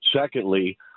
Secondly